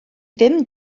ddim